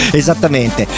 esattamente